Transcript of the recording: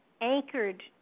anchored